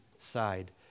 side